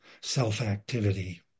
self-activity